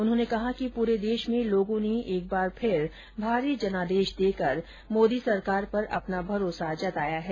उन्होंने कहा कि पूरे देश में लोगों ने एक बार फिर भारी जनादेश देकर मोदी सरकार पर अपना भरोसा जताया है